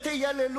תיכף תשמע.